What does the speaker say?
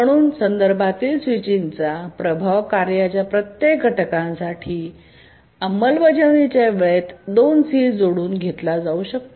म्हणूनच संदर्भातील स्विचिंगचा प्रभाव कार्यांच्या प्रत्येक घटकांसाठी अंमलबजावणी च्या वेळेत 2 c जोडून घेतला जाऊ शकतो